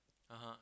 (uh huh)